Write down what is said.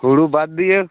ᱦᱩᱲᱩ ᱵᱟᱫᱽ ᱫᱤᱭᱮ